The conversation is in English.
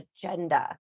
agenda